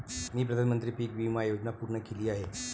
मी प्रधानमंत्री पीक विमा योजना पूर्ण केली आहे